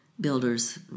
builders